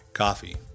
Coffee